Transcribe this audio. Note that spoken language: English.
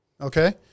Okay